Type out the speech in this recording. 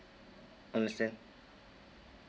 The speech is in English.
understand